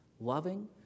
loving